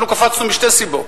אנחנו קפצנו משתי סיבות: